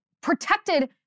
protected